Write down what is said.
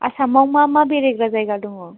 आसामाव मा मा बेरायग्रा जायगा दङ